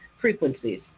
Frequencies